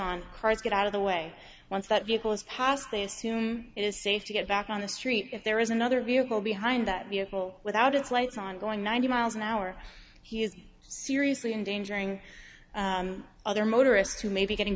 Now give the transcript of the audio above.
cars get out of the way once that vehicle is passed they assume it is safe to get back on the street if there is another vehicle behind that vehicle without its lights on going ninety miles an hour he is seriously endangering other motorists who may be getting